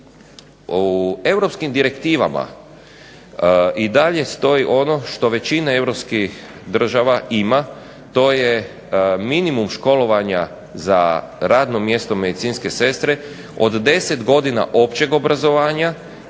U europskim direktivama i dalje stoji ono što većina europskih država ima. To je minimum školovanja za radno mjesto medicinske sestre od 10 godina općeg obrazovanja